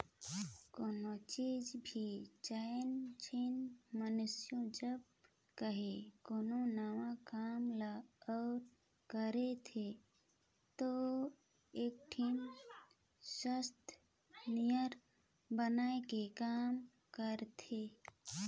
कोनोच भी चाएर झन मइनसे जब कहों कोनो नावा काम ल ओर करथे ता एकठिन संस्था नियर बनाए के काम करथें